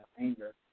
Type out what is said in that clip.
anger